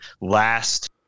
last